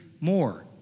more